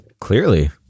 Clearly